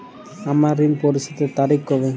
আমার ঋণ পরিশোধের তারিখ কবে?